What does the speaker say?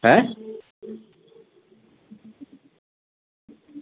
হ্যাঁ